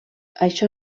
això